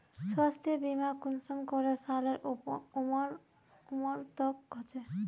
स्वास्थ्य बीमा कुंसम करे सालेर उमर तक होचए?